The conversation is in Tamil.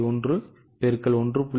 1 X 1